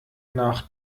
nach